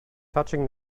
touching